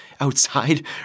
outside